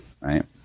Right